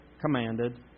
commanded